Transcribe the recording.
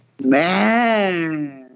Man